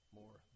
more